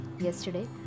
Yesterday